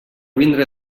vindré